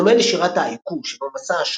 בדומה לשירת ההייקו שבה מצא השראה,